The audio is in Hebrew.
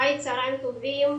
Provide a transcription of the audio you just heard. צהריים טובים.